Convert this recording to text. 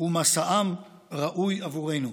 ומסעם ראוי עבורנו.